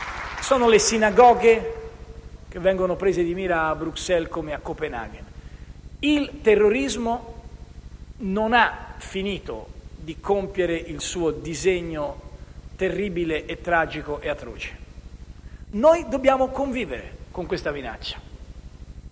Sono le sinagoghe, che vengono prese di mira a Bruxelles come a Copenaghen. Il terrorismo non ha finito di compiere il suo disegno terribile, tragico e atroce. Noi dobbiamo convivere con questa minaccia.